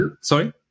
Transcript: Sorry